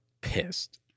pissed